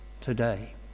today